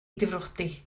difrodi